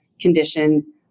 conditions